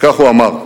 וכך הוא אמר: